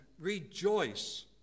rejoice